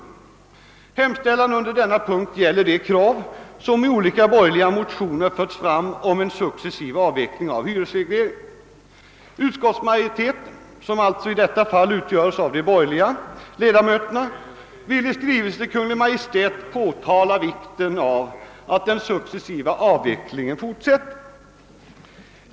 Utskottsmajoritetens hemställan under denna punkt gäller det krav om en successiv avveckling av hyresregleringen som framförts i olika borgerliga motioner. Utskottsmajoriteten, som alltså i detta fall utgörs av de borgerliga ledamöterna, vill i skrivelse till Kungl. Maj:t påtala vikten av att den successiva avvecklingen fortsätter.